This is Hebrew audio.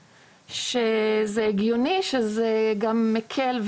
שזה הגיוני שזה גם מקל,